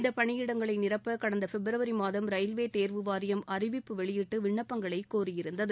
இந்த பணியிடங்களை நிரப்ப கடந்த பிப்ரவரி மாதம் ரயில்வே தேர்வு வாரியம் அறிவிப்பு வெளியிட்டு விண்ணப்பங்களை கோரியிருந்தது